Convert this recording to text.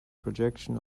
projection